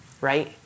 right